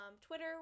Twitter